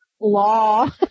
law